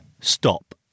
Stop